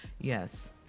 Yes